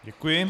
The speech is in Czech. Děkuji.